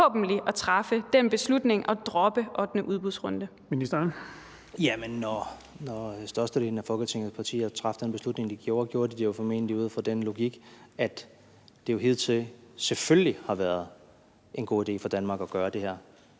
energi- og forsyningsministeren (Dan Jørgensen): Jamen når størstedelen af Folketingets partier traf den beslutning, gjorde de det formentlig ud fra den logik, at det jo hidtil selvfølgelig har været en god idé for Danmark at gøre det her.